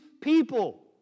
people